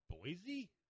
Boise